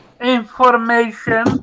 information